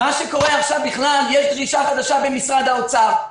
יש דרישה חדשה במשרד האוצר.